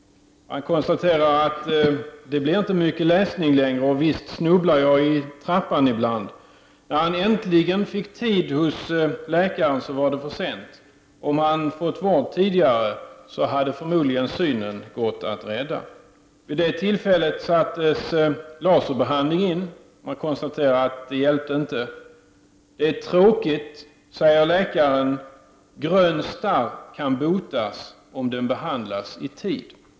Han konstaterar där att det inte längre blir mycket läsning och att han snubblar i trappan ibland. När han äntligen fick tid hos läkaren var det för sent. Om han hade fått vård tidigare hade synen förmodligen gått att rädda. Vid det tillfället sattes laserbehandling in. Man konstaterade då att det inte hjälpte. Det är tråkigt, säger läkaren. Grön starr kan botas om den behandlas i tid.